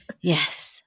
Yes